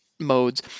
modes